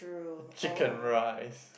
chicken rice